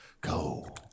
Go